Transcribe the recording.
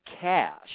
cash